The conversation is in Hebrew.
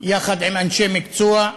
יחד עם אנשי מקצוע,